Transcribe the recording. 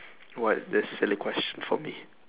what this silly question for me